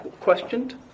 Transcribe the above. questioned